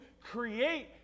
create